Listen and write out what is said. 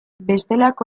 bestelako